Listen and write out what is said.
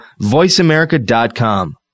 voiceamerica.com